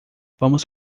vamos